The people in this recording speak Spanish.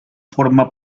forma